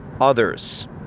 others